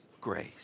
grace